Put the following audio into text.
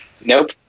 Nope